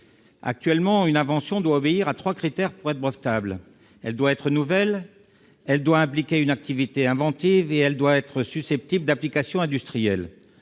Actuellement, une invention doit obéir à trois critères pour être brevetable : elle doit être nouvelle, elle doit impliquer une activité inventive et elle doit être susceptible d'application industrielle.